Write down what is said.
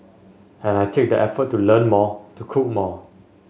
and I take the effort to learn more to cook more